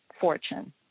fortune